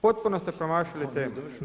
Potpuno ste promašili temu.